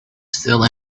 still